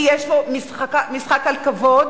כי יש פה משחק על כבוד,